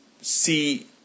see